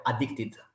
addicted